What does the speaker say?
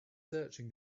searching